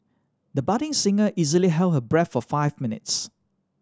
the budding singer easily held her breath for five minutes